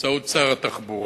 באמצעות שר התחבורה,